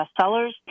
bestsellers